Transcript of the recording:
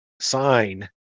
sign